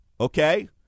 Okay